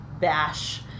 bash